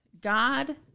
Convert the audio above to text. God